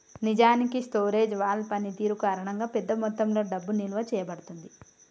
నిజానికి స్టోరేజ్ వాల్ పనితీరు కారణంగా పెద్ద మొత్తంలో డబ్బు నిలువ చేయబడుతుంది